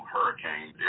Hurricane